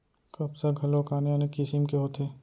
कपसा घलोक आने आने किसिम के होथे